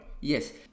Yes